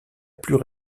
plus